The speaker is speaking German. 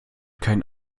keinen